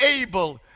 able